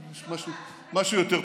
לא, משהו יותר טוב.